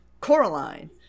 Coraline